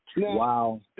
Wow